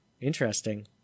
Interesting